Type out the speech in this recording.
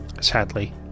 Sadly